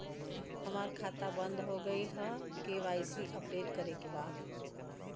हमार खाता बंद हो गईल ह के.वाइ.सी अपडेट करे के बा?